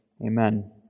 Amen